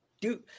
Dude